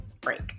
break